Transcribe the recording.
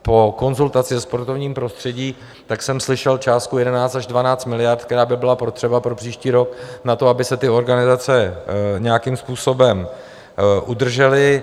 Po konzultaci se sportovním prostředím jsem slyšel částku 11 až 12 miliard, která by byla potřeba pro příští rok na to, aby se ty organizace nějakým způsobem udržely.